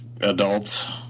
adults